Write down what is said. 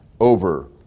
over